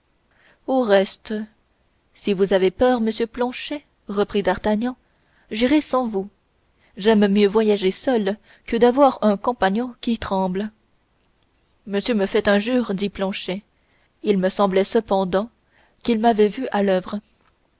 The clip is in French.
au reste si vous avez peur monsieur planchet reprit d'artagnan j'irai sans vous j'aime mieux voyager seul que d'avoir un compagnon qui tremble monsieur me fait injure dit planchet il me semblait cependant qu'il m'avait vu à l'oeuvre